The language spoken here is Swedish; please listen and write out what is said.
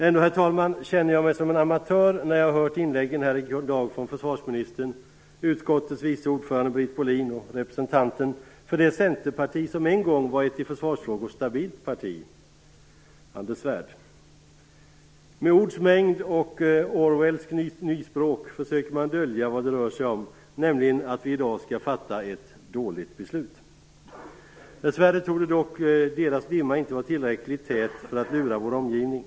Ändå känner jag mig som en amatör när jag hört inläggen här i dag från försvarsministern, utskottets vice ordförande Britt Bohlin och representanten för det centerparti som en gång var ett i försvarsfrågor stabilt parti, Anders Svärd. Med ords mängd och orwellskt nyspråk försöker man dölja vad det rör sig om, nämligen att vi i dag skall fatta ett dåligt beslut. Dessvärre torde dock deras dimma inte vara tillräckligt tät för att lura vår omgivning.